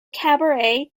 cabaret